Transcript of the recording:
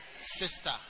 Sister